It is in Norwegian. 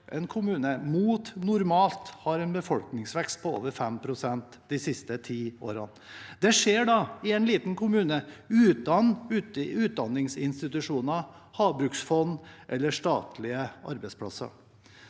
en kommune «mot normalt» har en befolkningsvekst på over 5 pst. de siste ti årene. Det skjer i en liten kommune, uten utdanningsinstitusjoner, havbruksfond eller statlige arbeidsplasser.